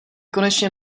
konečně